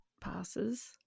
passes